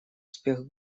успех